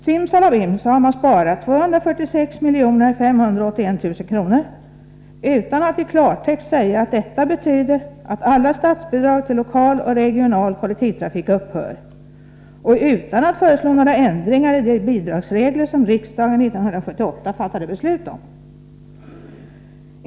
Simsalabim har man sparat 246 581 000 kr., utan att i klartext säga att detta betyder att alla statsbidrag till lokal och regional kollektivtrafik upphör och utan att föreslå några ändringar i de bidragsregler som riksdagen 1978 fattade beslut om.